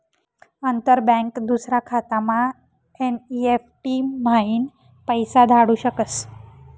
अंतर बँक दूसरा खातामा एन.ई.एफ.टी म्हाईन पैसा धाडू शकस